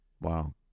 Wow